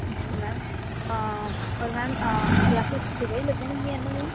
ਅੱਛਾ ਮੈਮ ਔਰ ma'am classes ਸੁਬਹ ਹੀ ਲੱਗਣਗੀਆਂ ਇਹਨਾਂ ਦੀਆਂ